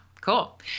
Cool